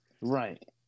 Right